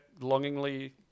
longingly